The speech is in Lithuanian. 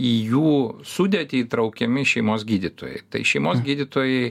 į jų sudėtį įtraukiami šeimos gydytojai tai šeimos gydytojai